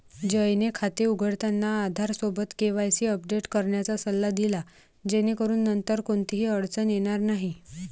जयने खाते उघडताना आधारसोबत केवायसी अपडेट करण्याचा सल्ला दिला जेणेकरून नंतर कोणतीही अडचण येणार नाही